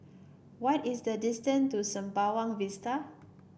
what is the distance to Sembawang Vista